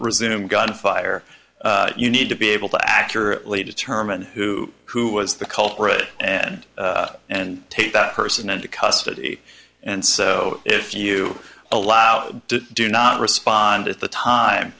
resume gunfire you need to be able to accurately determine who who was the culprit and and take that person into custody and so if you allowed to do not respond at the time